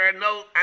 no